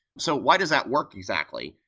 so why does that work exactly?